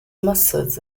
maçãs